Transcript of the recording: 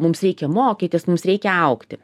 mums reikia mokytis mums reikia augti